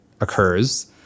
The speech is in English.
occurs